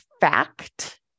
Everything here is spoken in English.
fact